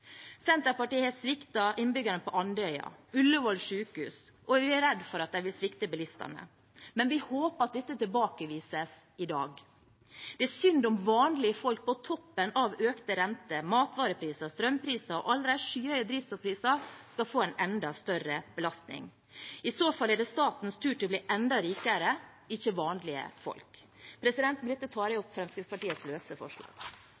Senterpartiet har sviktet innbyggerne på Andøya, Ullevål sykehus, og vi er redd for at de vil svikte bilistene. Men vi håper at dette tilbakevises i dag. Det er synd om vanlige folk på toppen av økte renter, matvarepriser og strømpriser og alle de skyhøye drivstoffprisene skal få en enda større belastning. I så fall er det statens tur til å bli enda rikere, ikke vanlige folk. Med dette tar jeg opp Fremskrittspartiets løse forslag.